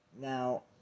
Now